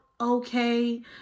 okay